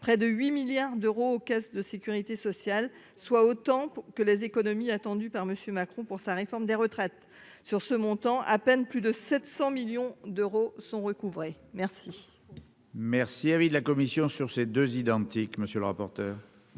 près de 8 milliards d'euros aux caisses de Sécurité sociale, soit autant que les économies attendues par Monsieur Macron pour sa réforme des retraites, sur ce montant, à peine plus de 700 millions d'euros sont merci. Merci avec.